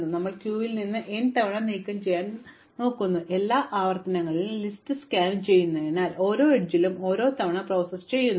അതിനാൽ ഞങ്ങൾ ക്യൂവിൽ നിന്ന് n തവണ നീക്കംചെയ്യാൻ പോകുന്നു ഇപ്പോൾ ഞങ്ങൾ എല്ലാ n ആവർത്തനങ്ങളിലും ലിസ്റ്റ് സ്കാൻ ചെയ്യുന്നതിനാൽ ഓരോ അരികിലും ഒരു തവണ പ്രോസസ്സ് ചെയ്യാൻ പോകുന്നു